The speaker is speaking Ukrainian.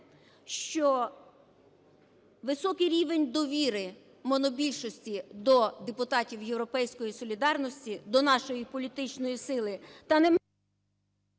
що високий рівень довіри монобільшості до депутатів "Європейської солідарності", до нашої політичної сили та не...